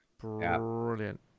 Brilliant